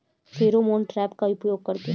Pheromone trap का उपयोग कर के?